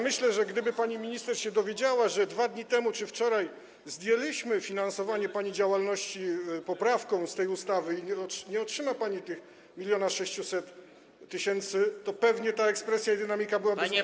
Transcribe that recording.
Myślę, że gdyby pani minister się dowiedziała, że 2 dni temu czy wczoraj zdjęliśmy finansowanie pani działalności poprawką z tej ustawy i nie otrzyma pani tych 1600 tys., to pewnie ta ekspresja i dynamika byłaby zupełnie inna.